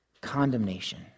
condemnation